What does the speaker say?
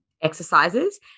exercises